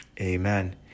Amen